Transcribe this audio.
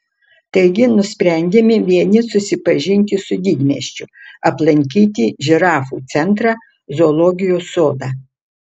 taigi nusprendėme vieni susipažinti su didmiesčiu aplankyti žirafų centrą zoologijos sodą